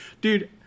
dude